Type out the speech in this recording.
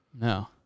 No